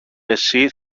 εσύ